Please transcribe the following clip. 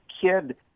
kid